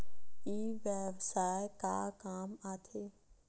ई व्यवसाय का काम आथे?